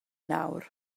nawr